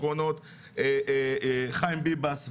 חיים ביבס,